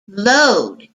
load